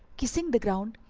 kissing the ground,